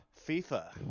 FIFA